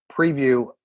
preview